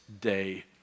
day